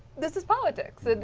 this is politics. and